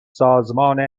سازمان